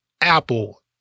Apple